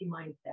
mindset